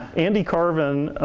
andy karven,